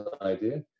idea